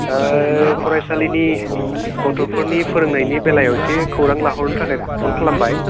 फरायसालिनि गथ'फोरनि फोरोंनायनि बेलायाव एसे खौरां लाहरनो थाखाय फन खालामबाय